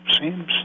seems